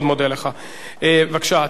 בבקשה, אתה קיבלת את התשובה, אדוני?